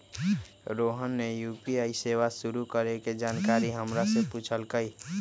रोहन ने यू.पी.आई सेवा शुरू करे के जानकारी हमरा से पूछल कई